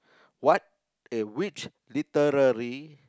what and which literary